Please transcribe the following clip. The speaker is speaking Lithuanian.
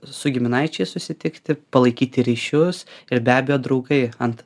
su giminaičiais susitikti palaikyti ryšius ir be abejo draugai ant